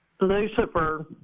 Lucifer